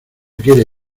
quiere